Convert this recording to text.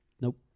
Nope